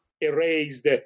erased